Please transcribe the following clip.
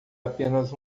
apenas